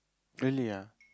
really ah